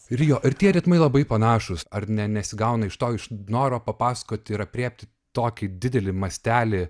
ir jo ir tie ritmai labai panašūs ar ne nesigauna iš to iš noro papasakoti ir aprėpti tokį didelį mastelį